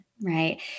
right